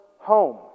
home